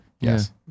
Yes